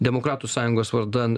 demokratų sąjungos vardan